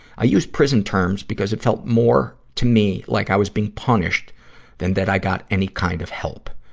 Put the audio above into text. i use prison terms because it felt more to me like i was being punished than that i got any kind of help.